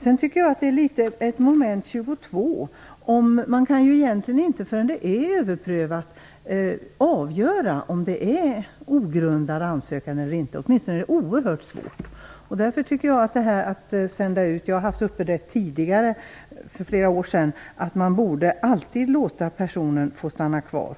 Jag tycker att detta är litet av ett moment 22. Man kan ju egentligen inte förrän överprövning har skett avgöra om ansökan är ogrundad eller inte, åtminstone är det oerhört svårt. Jag har tagit upp detta för flera år sedan. Jag menar att man alltid borde låta personer i den här situationen få stanna kvar.